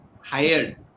hired